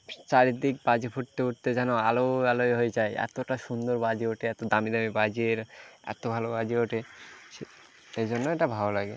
চারিদিক বাজি ফুটতে ফুটতে যেন আলোয় আলোয় হয়ে যায় এতোটা সুন্দর বাজি ওঠে এতো দামি দামি বাজির এতো ভালো বাজি ওঠে সে সেই জন্য এটা ভালো লাগে